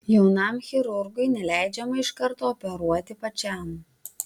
jaunam chirurgui neleidžiama iš karto operuoti pačiam